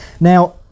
Now